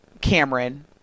Cameron